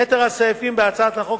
יתר הסעיפים בהצעת החוק,